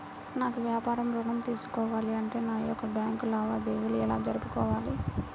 నాకు వ్యాపారం ఋణం తీసుకోవాలి అంటే నా యొక్క బ్యాంకు లావాదేవీలు ఎలా జరుపుకోవాలి?